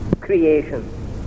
creation